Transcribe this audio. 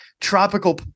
tropical